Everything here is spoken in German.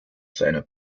seiner